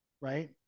right